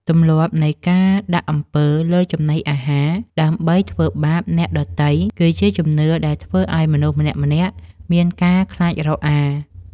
ទម្លាប់នៃដាក់អំពើលើចំណីអាហារ ដើម្បីធ្វើបាបអ្នកដទៃគឺជាជំនឿដែលធ្វើឱ្យមនុស្សម្នាក់ៗមានការខ្លាចរអា។